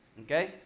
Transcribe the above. Okay